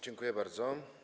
Dziękuję bardzo.